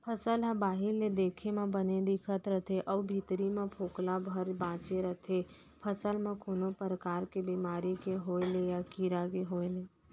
फसल ह बाहिर ले देखे म बने दिखत रथे अउ भीतरी म फोकला भर बांचे रथे फसल म कोनो परकार के बेमारी के होय ले या कीरा के होय ले